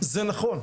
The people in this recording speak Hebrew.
זה נכון,